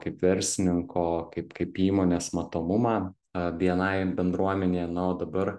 kaip verslininko kaip kaip įmonės matomumą a bni bendruomenėje na o dabar